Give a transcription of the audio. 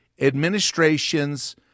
administration's